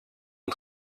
and